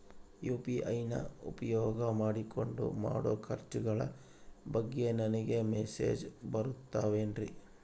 UPI ನ ಉಪಯೋಗ ಮಾಡಿಕೊಂಡು ಮಾಡೋ ಖರ್ಚುಗಳ ಬಗ್ಗೆ ನನಗೆ ಮೆಸೇಜ್ ಬರುತ್ತಾವೇನ್ರಿ?